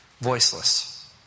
voiceless